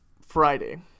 Friday